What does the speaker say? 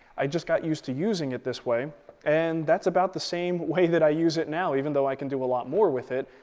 i just got used to using it this way and that's about the same way that i use it now even though i do a lot more with it.